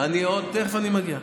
תכף אני מגיע.